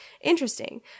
interesting